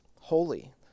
holy